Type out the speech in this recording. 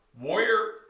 Warrior